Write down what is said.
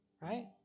right